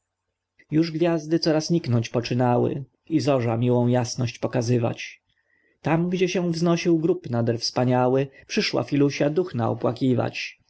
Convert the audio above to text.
już gwiazdy coraz niknąć poczynały i zorza miłą jasność pokazywać tam gdzie się wznosił grób nader wspaniały przyszła filusia duchna opłakiwać